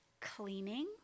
cleaning